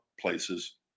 places